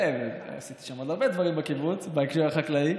ועשיתי שם עוד הרבה דברים בקיבוץ בהקשר החקלאי,